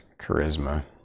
charisma